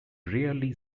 rarely